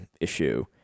issue